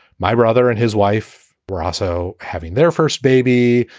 my brother and his wife were also having their first baby.